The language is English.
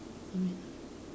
sorry sorry